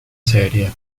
serie